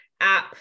app